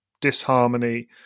disharmony